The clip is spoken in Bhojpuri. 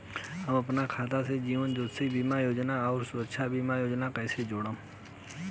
हम अपना खाता से जीवन ज्योति बीमा योजना आउर सुरक्षा बीमा योजना के कैसे जोड़म?